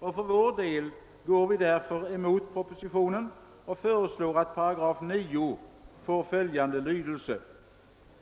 För vår del går vi därför emot propositionen och föreslår att 9 § får följande lydelse: